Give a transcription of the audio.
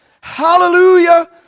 Hallelujah